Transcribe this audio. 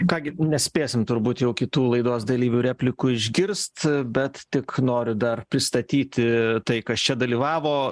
ką gi nespėsim turbūt jau kitų laidos dalyvių replikų išgirst bet tik noriu dar pristatyti tai kas čia dalyvavo